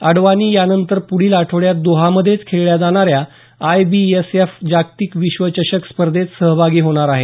आडवाणी यानंतर पुढील आठवड्यात दोहामधेच खेळल्या जाणाऱ्या आय बी एस एफ जागतीक विश्वचषक स्पर्धेत सहभागी होणार आहे